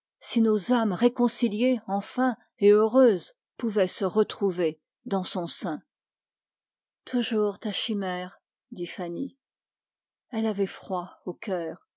si nos âmes réconciliées enfin et heureuses pouvaient se retrouver dans son sein toujours ta chimère dit fanny elle avait froid au cœur